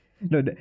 No